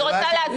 אני רוצה להבהיר.